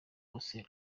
wose